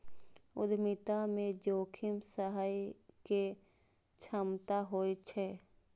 उद्यमिता मे जोखिम सहय के क्षमता होइ छै